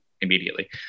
immediately